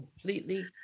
completely